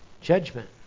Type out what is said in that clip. Judgment